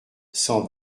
cent